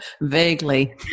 Vaguely